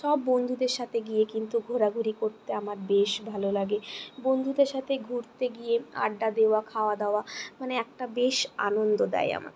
সব বন্ধুদের সাথে গিয়ে কিন্তু ঘোরা ঘুরি করতে আমার বেশ ভালো লাগে বন্ধুদের সাথে ঘুরতে গিয়ে আড্ডা দেওয়া খাওয়া দাওয়া মানে একটা বেশ আনন্দ দেয় আমাকে